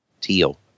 Teal